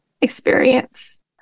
experience